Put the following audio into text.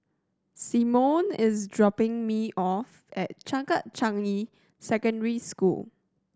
Symone is dropping me off at Changkat Changi Secondary School